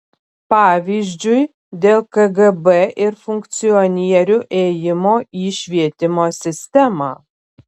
pavyzdžiui dėl kgb ir funkcionierių ėjimo į švietimo sistemą